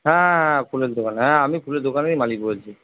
হ্যাঁ হ্যাঁ ফুলের দোকান হ্যাঁ আমি ফুলের দোকানেরই মালিক বলছি